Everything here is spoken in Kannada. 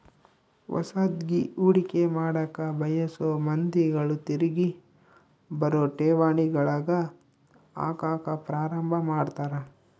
ಹೊಸದ್ಗಿ ಹೂಡಿಕೆ ಮಾಡಕ ಬಯಸೊ ಮಂದಿಗಳು ತಿರಿಗಿ ಬರೊ ಠೇವಣಿಗಳಗ ಹಾಕಕ ಪ್ರಾರಂಭ ಮಾಡ್ತರ